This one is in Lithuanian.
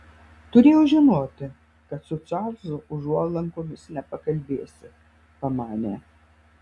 turėjau žinoti kad su čarlzu užuolankomis nepakalbėsi pamanė